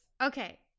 Okay